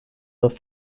aus